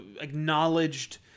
acknowledged